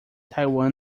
taiwan